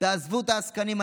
תעזבו את העסקנים,